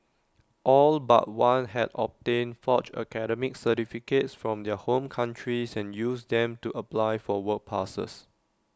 all but one had obtained forged academic certificates from their home countries and used them to apply for work passes